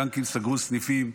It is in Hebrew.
בנקים סגרו סניפים.